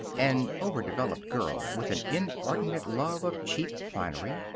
an overdeveloped girl with an inordinate love of cheap finery.